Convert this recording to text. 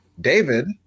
David